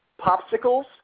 popsicles